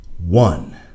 One